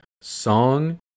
song